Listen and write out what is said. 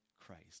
Christ